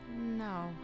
No